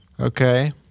Okay